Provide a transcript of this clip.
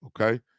okay